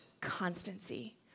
constancy